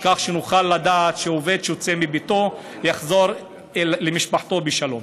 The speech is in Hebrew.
כך שנוכל לדעת שעובד שיוצא מביתו יחזור למשפחתו בשלום.